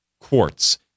quartz